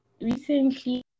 recently